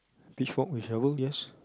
pitch fork with shovel yes